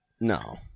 No